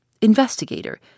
Investigator